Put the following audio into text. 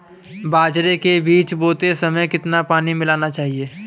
बाजरे के बीज बोते समय कितना पानी मिलाना चाहिए?